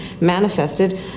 manifested